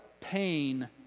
pain